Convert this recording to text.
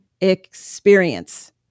experience